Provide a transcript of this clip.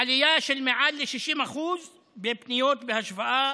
ועלייה של מעל 60% בפניות בהשוואה